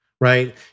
right